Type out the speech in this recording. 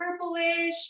purplish